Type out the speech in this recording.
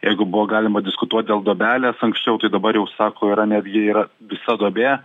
jeigu buvo galima diskutuot dėl duobelės anksčiau tai dabar jau sako yra netgi ir visa duobė